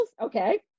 Okay